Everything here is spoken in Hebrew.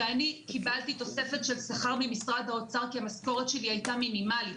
ואני קיבלתי תוספת של שכר ממשרד האוצר כי המשכורת שלי הייתה מינימאלית,